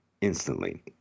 instantly